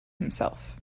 himself